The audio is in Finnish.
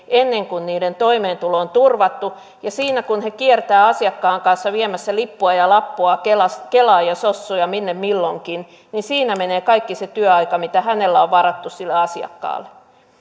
ennen kuin heidän toimeentulonsa on turvattu ja siinä kun he kiertävät asiakkaan kanssa viemässä lippua ja lappua kelaan kelaan ja sossuun ja minne milloinkin menee kaikki se työaika mitä hänellä on varattuna sille asiakkaalle